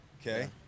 Okay